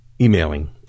emailing